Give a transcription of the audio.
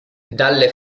dalle